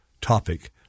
topic